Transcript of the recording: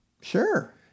Sure